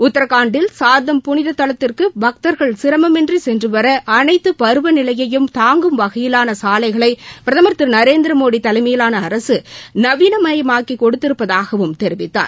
உத்தரகாண்டில் சார்தம் புனித தலத்திற்கு பக்தர்கள் சிரமமின்றி சென்று வர அனைத்து பருவநிலையையும் தாங்கும் வகையிலான சாலைகளை பிரதமர் திரு நரேந்திரமோடி தலைமையிலான அரசு நவீனமயமாக்கிக் கொடுத்திருப்பதாகவும் தெரிவித்தார்